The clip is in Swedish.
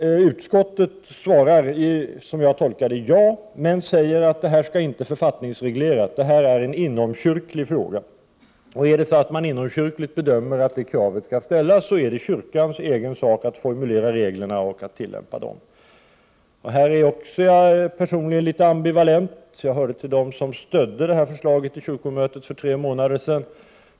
I kulturutskottet svarar man, som jag tolkar det, ja. Men man säger att detta inte skall författningsregleras. Detta är en inomkyrklig fråga. Är det så att man inomkyrkligt bedömer att detta krav skall ställas är det kyrkans egen sak att formulera reglerna och att tillämpa dem. Jag är här personligen litet ambivalent. Jag hörde till dem som stödde förslaget på kyrkomötet för tre månader sedan.